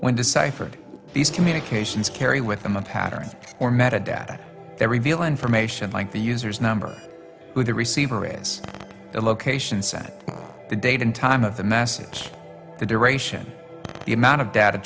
when deciphered these communications carry with them a pattern or metadata they reveal information like the user's number who the receiver is the location set the date and time of the message the duration the amount of data